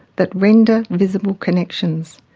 that render visible connections,